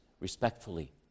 respectfully